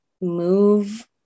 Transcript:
move